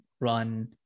run